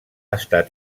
estat